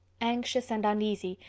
anxious and uneasy,